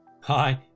hi